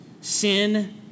Sin